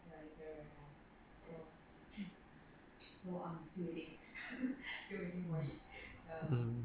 mm